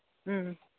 ꯎꯝ